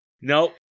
Nope